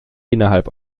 innerhalb